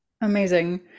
Amazing